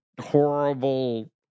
horrible